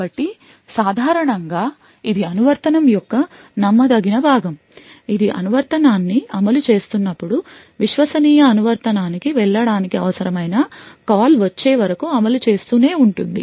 కాబట్టి సాధారణం గా ఇది అనువర్తనం యొక్క నమ్మదగని భాగం ఇది అనువర్తనాన్ని అమలు చేస్తున్నప్పుడు విశ్వసనీయ అనువర్తనానికి వెళ్లడానికి అవసరమైన కాల్ వచ్చేవరకు అమలు చేస్తూనే ఉంటుంది